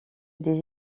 des